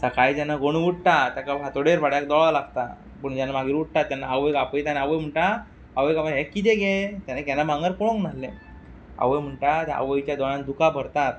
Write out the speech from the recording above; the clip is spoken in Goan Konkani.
सकाळी जेन्ना गणू उठ्ठा तेका फांतोडेर बाबड्याक दोळो लागता पूण जेन्ना मागीर उठ्ठा तेन्ना आवयक आपयता आनी आवयक म्हणटा आवय म्हणटा हें कितें गे तेणें केन्ना भांगर पळोवंक नासलें आवय म्हणटा आवयच्या दोळ्यांत दुकां भरतात